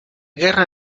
guerra